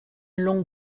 long